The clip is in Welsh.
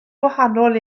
gwahanol